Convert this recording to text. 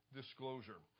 disclosure